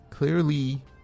Clearly